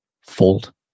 fold